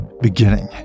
beginning